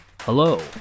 Hello